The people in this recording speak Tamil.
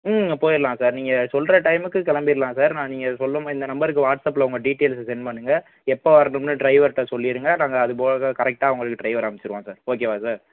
ம் போயிரலாம் சார் நீங்கள் சொல்லுற டைமுக்கு கிளம்பிர்லாம் சார் நான் நீங்கள் சொல்லும்போது இந்த நம்பருக்கு வாட்ஸ்அப்பில் உங்கள் டீடெய்ல்ஸ் செண்ட் பண்ணுங்கள் எப்போ வரணும்னு டிரைவர்கிட்ட சொல்லிருங்க நாங்கள் அதுபோக தான் கரெக்டாக உங்களுக்கு டிரைவர் அமிச்சிருவோம் சார் ஓகேவா சார்